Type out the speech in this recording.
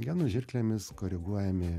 genų žirklėmis koreguojami